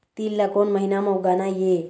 तील ला कोन महीना म उगाना ये?